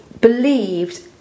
believed